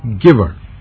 giver